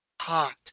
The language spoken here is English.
hot